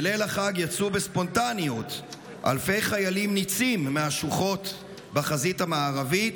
בליל החג יצאו בספונטניות אלפי חיילים ניצים מהשוחות בחזית המערבית,